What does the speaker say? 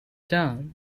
down